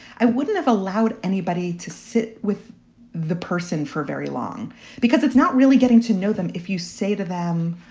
i wouldn't have allowed anybody to sit with the person for very long because it's not really getting to know them. if you say to them,